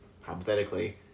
hypothetically